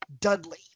Dudley